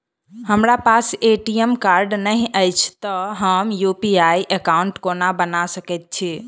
हमरा पास ATM card नहि अछि तए हम यु.पी.आई एकॉउन्ट कोना बना सकैत छी